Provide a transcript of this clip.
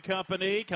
Company